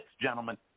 gentlemen